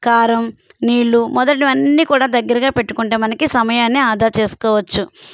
కారం నీళ్ళు మొదలైనటువన్నీ కూడా దగ్గరిగా పెట్టుకుంటే మనకి సమయాన్ని ఆదా చేసుకోవచ్చు